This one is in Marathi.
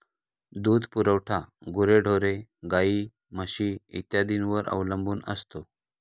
दूध पुरवठा गुरेढोरे, गाई, म्हशी इत्यादींवर अवलंबून असतो